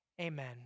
Amen